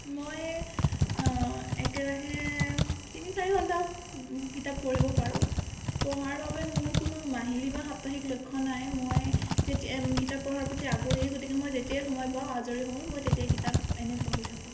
মই একেৰাহে তিনি চাৰি ঘণ্টা কিতাপ পঢ়িব পাৰোঁ পঢ়াৰ বাবে মোৰ কোনো মাহিলী বা সাপ্তাহিক লক্ষ্য নাই মই কিতাপ পঢ়াৰ প্ৰতি আগ্ৰহী গতিকে মই যেতিয়াই সময় পাওঁ আজৰি হওঁ মই তেতিয়াই কিতাপ এনেই পঢ়ি থাকোঁ